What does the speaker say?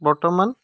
বৰ্তমান